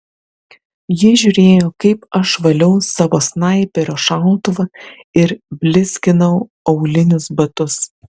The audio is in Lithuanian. ji žiūrėjo kaip aš valiau savo snaiperio šautuvą ir blizginau aulinius batus